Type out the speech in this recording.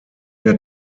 der